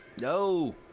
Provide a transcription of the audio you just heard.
No